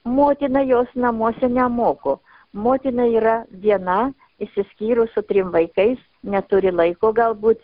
motina jos namuose nemoko motina yra viena išsiskyrus su trim vaikais neturi laiko galbūt